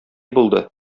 булды